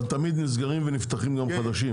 אבל תמיד נסגרים ונפתחים חדשים.